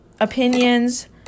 opinions